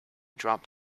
drop